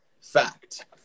fact